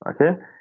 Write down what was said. okay